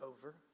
over